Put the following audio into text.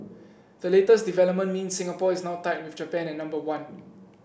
the latest development means Singapore is now tied with Japan at number one